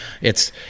it's-